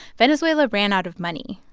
venezuela ran out of money,